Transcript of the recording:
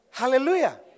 Hallelujah